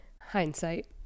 hindsight